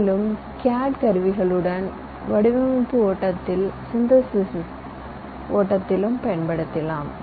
மேலும் சிஏடி கருவிகளுடன் வடிவமைப்பு ஓட்டத்திலும் சிந்தசிஸ் ஓட்டத்திலும் பயன்படுத்தலாம்